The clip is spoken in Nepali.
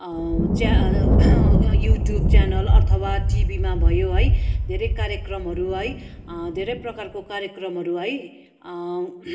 च्या यु ट्युब च्यानल अथवा टिभिमा भयो है धेरै कार्यक्रमहरू है धेरै प्रकारको कार्यक्रमहरू है